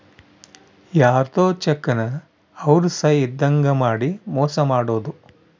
ಯಾರ್ಧೊ ಚೆಕ್ ನ ಅವ್ರ ಸಹಿ ಇದ್ದಂಗ್ ಮಾಡಿ ಮೋಸ ಮಾಡೋದು